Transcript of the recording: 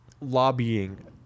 lobbying